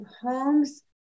homes